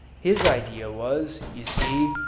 his idea was, you see,